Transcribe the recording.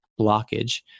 blockage